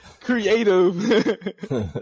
creative